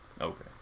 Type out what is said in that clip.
Okay